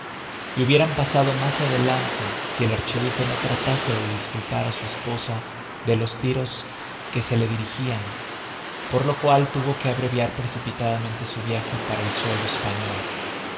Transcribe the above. y hubieran pasado mas adelante si el archiduque no tratase de disculpar á su esposa de los tiros que se la dirigian por lo cual tuvo que abreviar precipitadamente su viaje para el suelo español